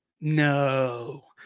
no